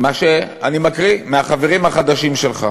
מה שאני מקריא מהחברים החדשים שלך,